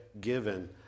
given